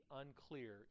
unclear